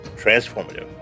transformative